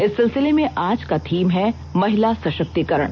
इस सिलसिले में आज का थीम है महिला सषक्तिकरण